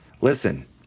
listen